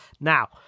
Now